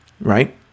Right